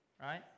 right